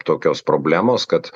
tokios problemos kad